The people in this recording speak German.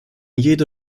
jede